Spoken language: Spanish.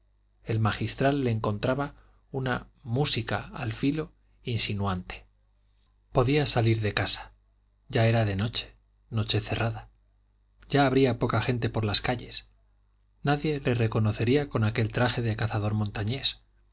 el magistral le encontraba una música al filo insinuante podía salir de casa ya era de noche noche cerrada ya habría poca gente por las calles nadie le reconocería con aquel traje de cazador montañés